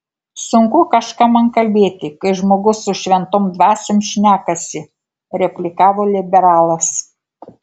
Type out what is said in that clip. sunku kažką man kalbėti kai žmogus su šventom dvasiom šnekasi replikavo liberalas